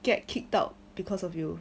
get kicked out because of you